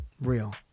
real